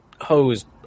hosed